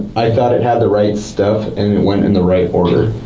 i thought it had the right stuff, and it went in the right order.